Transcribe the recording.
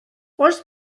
oes